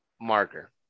marker